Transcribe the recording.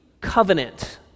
covenant